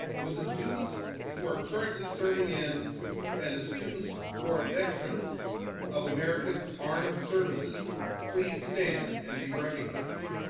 would the students who are currently serving in and the students who are veterans of america's armed services please stand and be recognized.